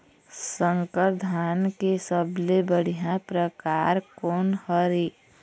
संकर धान के सबले बढ़िया परकार कोन हर ये?